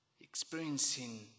Experiencing